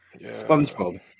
Spongebob